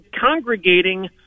congregating